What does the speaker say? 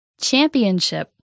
Championship